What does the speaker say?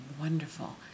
wonderful